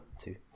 two